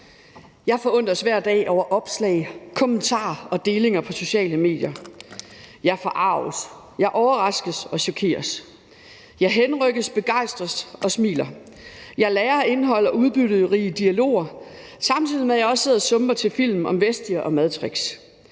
Jeg forundres hver dag over opslag, kommentarer og delinger på de sociale medier. Jeg forarges, jeg overraskes og chokeres. Jeg henrykkes, begejstres og smiler. Jeg lagrer indhold og udbytterige dialoger, samtidig med at jeg også sidder og sumper til film om madtricks.